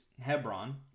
Hebron